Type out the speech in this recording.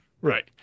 right